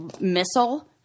missile